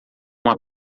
uma